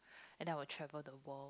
and then I will travel the world